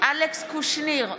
אלכס קושניר,